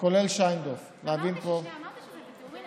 כולל שיינדורף, להבין פה, אמרתי שזה בתיאום.